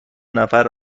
نفر